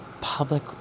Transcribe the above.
public